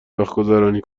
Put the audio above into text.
وقتگذرانی